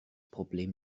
problem